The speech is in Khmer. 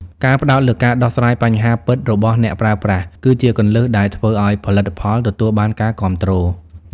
ការផ្ដោតលើការដោះស្រាយបញ្ហាពិតរបស់អ្នកប្រើប្រាស់គឺជាគន្លឹះដែលធ្វើឱ្យផលិតផលទទួលបានការគាំទ្រ។